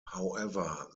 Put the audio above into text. however